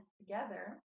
together